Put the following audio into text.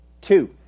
two